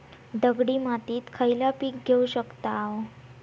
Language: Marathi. दगडी मातीत खयला पीक घेव शकताव?